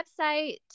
website